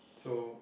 so